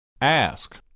Ask